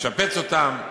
לשפץ אותם,